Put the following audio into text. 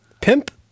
Pimp